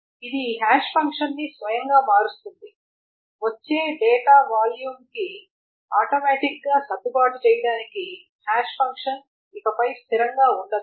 కాబట్టి ఇది హాష్ ఫంక్షన్ని స్వయంగా మారుస్తుంది వచ్చే డేటా వాల్యూమ్కి ఆటోమాటిక్ గా సర్దుబాటు చేయడానికి హాష్ ఫంక్షన్ ఇకపై స్థిరంగా ఉండదు